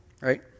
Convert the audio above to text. right